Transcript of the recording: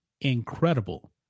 incredible